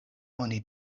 oni